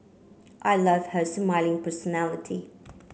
I love her smiling personality